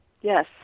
Yes